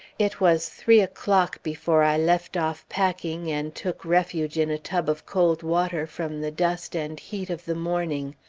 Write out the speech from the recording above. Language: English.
it was three o'clock before i left off packing, and took refuge in a tub of cold water, from the dust and heat of the morning.